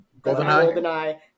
GoldenEye